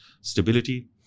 Stability